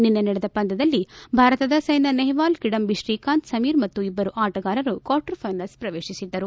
ನಿನ್ನೆ ನಡೆದ ಪಂದ್ಯದಲ್ಲಿ ಭಾರತದ ಸೈನಾ ನೆಹ್ವಾಲ್ ಕಿಡಂಬಿ ಶ್ರೀಕಾಂತ್ ಸಮೀರ್ ಮತ್ತು ಇಬ್ಬರು ಆಟಗಾರರು ಕ್ವಾರ್ಟರ್ ಫೈನಲ್ಸ್ ಪ್ರವೇತಿಸಿದ್ದರು